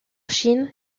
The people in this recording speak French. chine